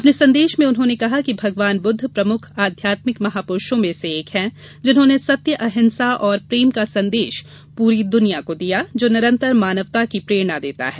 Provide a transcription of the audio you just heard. अपने संदेश में उन्होंने कहा कि भगवान बुद्ध प्रमुख आध्यात्मिक महापुरूषों में से एक हैं जिन्होंने सत्य अहिंसा और प्रेम का संदेश पूरी दुनिया को दिया जो निरंतर मानवता की प्रेरणा देता है